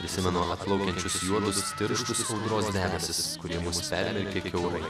prisimenu atplaukiančius juodus tirštus audros debesis kurie mus permirkė kiaurai